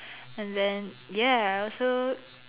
and then ya also